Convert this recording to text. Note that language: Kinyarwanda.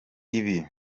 ibi